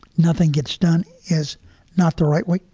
nothing gets done is not the right way,